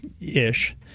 ish